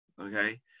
Okay